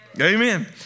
Amen